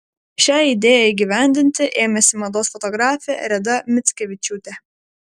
šią idėją įgyvendinti ėmėsi mados fotografė reda mickevičiūtė